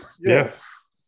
yes